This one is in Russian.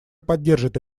поддержит